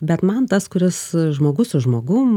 bet man tas kuris žmogus su žmogumi